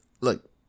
Look